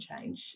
change